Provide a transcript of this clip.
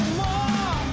more